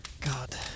God